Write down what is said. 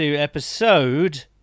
Episode